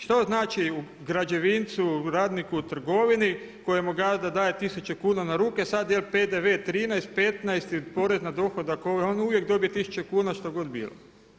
Što znači građevincu radniku u trgovini kojemu gazda daje tisuću kuna na ruke, sada jel PDV 13, 15 i porez na dohodak on uvijek dobije tisuću kuna što god bilo?